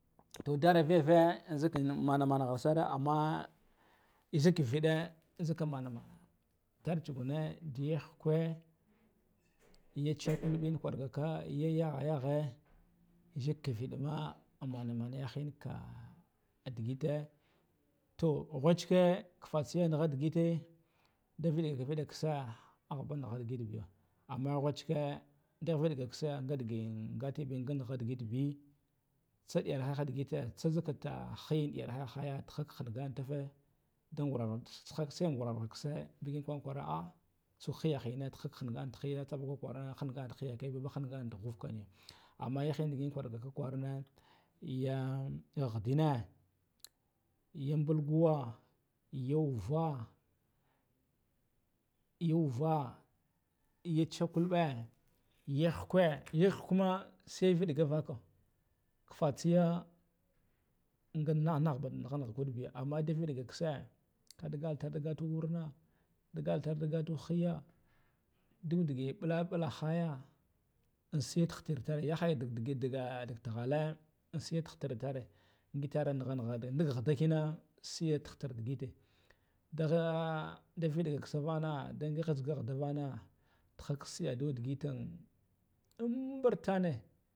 Toh a dara vevah zik mana mana ghansara ama zik viɗe zik amana mano galtsuguna huke, ya chikulbe kwurgaka ya yagh ya yagh zik kiviɗema amana mana yahinka digeta, toh nghwachke fatseya nigha digite davighga vighe ketse ahba niga dige beyo, amma nghwachke da vighga ketse gadighan gatinbe ga nigat digelbe tsaɗiyahira dital taszi ta hiya ɗiyarhai har tahan hanganan tufe, daghur ketse ben kwrkwr atsuk hiyah tuhun hun ganah hiya tsabaka kwargana hangan hiya ba hangari ɗughuf kaneh, amman yahin digin kwrugaka wurna ga ya nghadda ya bulkuwa ya uva ya chikulbe ya hukew ya hukema sai viɗiga vakah fatseya nahban nigha nigha kudbiya, amman da viɗega ketse kadigaltul gatar warna digatulga tal hiya duku digeɓula ɓula haya an siyar hatar tar yahaya digdege dega deteghate siyar hatan tare gitaran nigha nighabe dig ka ghada siyar hatan digite da viɗega ketsen vana gavetse nghaddan vana tehak siyakan ambataneh.